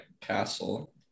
castle